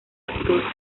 abdul